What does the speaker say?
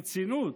ברצינות?